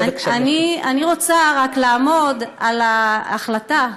אני רוצה רק לעמוד על ההחלטה,